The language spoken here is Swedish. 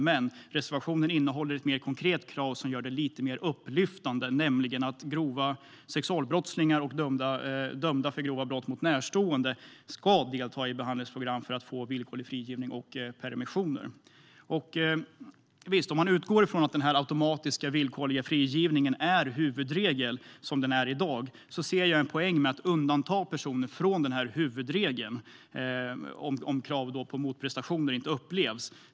Men reservationen innehåller ett mer konkret krav som gör det lite mer upplyftande, nämligen att grova sexualbrottslingar och dömda för grova brott mot närstående ska delta i behandlingsprogram för att få permissioner och villkorlig frigivning. Visst, om man utgår från att den automatiska villkorliga frigivningen är huvudregel, som den är i dag, ser jag en poäng med att undanta personer från denna huvudregel, om inte krav på motprestationer efterlevs.